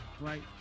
Right